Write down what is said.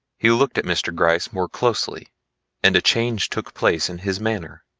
he looked at mr. gryce more closely and a change took place in his manner.